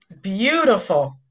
Beautiful